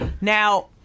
Now